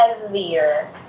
heavier